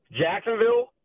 Jacksonville